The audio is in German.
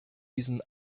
diesen